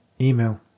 Email